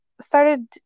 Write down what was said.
started